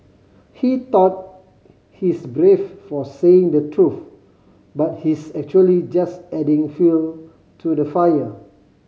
he thought he's brave for saying the truth but he's actually just adding fuel to the fire